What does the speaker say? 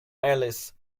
alice